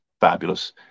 fabulous